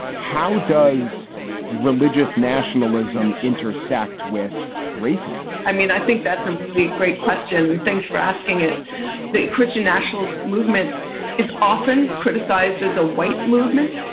how does religious nationalism intersect with racism? i mean, i think that's a really great question. thanks for asking the christian nationalist movement is often criticized as a white movement.